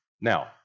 Now